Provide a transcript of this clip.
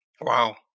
Wow